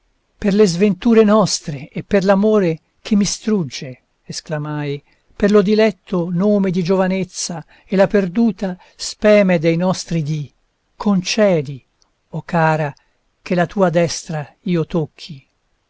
per le sventure nostre e per l'amore che mi strugge esclamai per lo diletto nome di giovanezza e la perduta speme dei nostri dì concedi o cara che la tua destra io tocchi